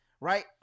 right